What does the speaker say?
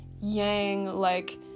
yang-like